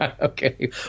Okay